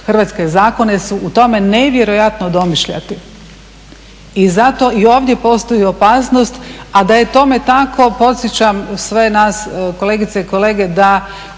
hrvatske zakone su u tome nevjerojatno domišljati. I zato i ovdje postoji opasnost. A da je tome tako podsjećam sve nas kolegice i kolege da